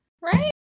right